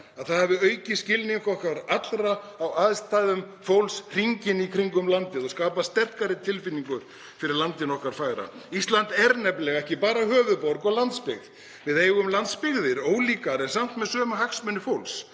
að það hafi aukið skilning okkar allra á aðstæðum fólks hringinn í kringum landið og skapað sterkari tilfinningu fyrir landinu. Okkar fagra Ísland er nefnilega ekki bara höfuðborg og landsbyggð. Við eigum landsbyggðir, ólíkar en samt með sömu hagsmuni fólks,